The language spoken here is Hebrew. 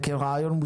כרעיון,